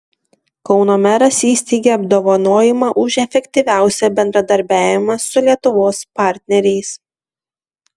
kauno meras įsteigė apdovanojimą už efektyviausią bendradarbiavimą su lietuvos partneriais